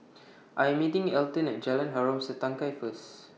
I Am meeting Elton At Jalan Harom Setangkai First